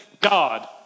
God